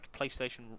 PlayStation